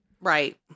Right